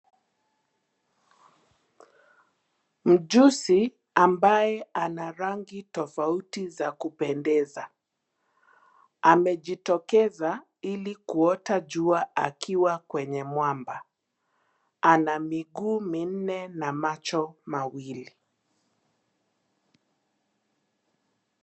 Mjusi ambaye ana rangi tofauti za kupendeza. Amejitokeza ili kuota jua akiwa kwenye mwamba. Ana miguu minne na macho mawili.